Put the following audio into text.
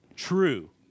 true